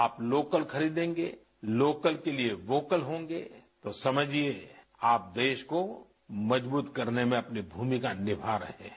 आप लोकल खरीदेंगे लोकल के लिए वोकल होंगे तो समझिए आप देश को मजबूत करने में अपनी भूमिका निभा रहे हैं